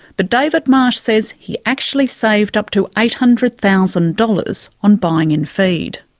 but david marsh says he actually saved up to eight hundred thousand dollars on buying in feed.